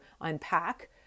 unpack